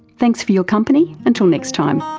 thanks for your company, until next time